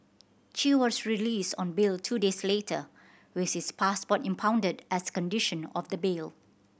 chew was released on bail two days later with his passport impounded as a condition of the bail